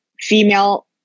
female